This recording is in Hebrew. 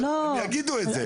הם יגידו את זה,